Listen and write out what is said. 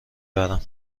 برم